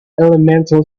elemental